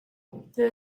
there